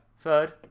Third